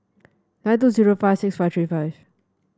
nine two zero five six five three five